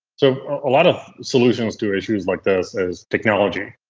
so a lot of solutions to issues like this is technology,